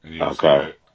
Okay